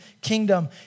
kingdom